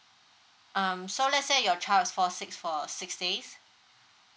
um so let's say your child is fall six for six days